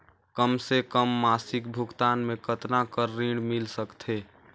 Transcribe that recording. कम से कम मासिक भुगतान मे कतना कर ऋण मिल सकथे?